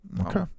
Okay